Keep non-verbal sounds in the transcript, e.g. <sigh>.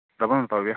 <unintelligible>